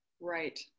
right